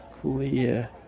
clear